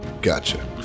Gotcha